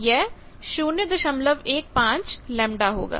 यह 015λ होगा